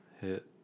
Hit